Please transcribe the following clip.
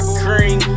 cream